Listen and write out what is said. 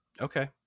Okay